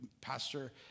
pastor